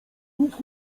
nic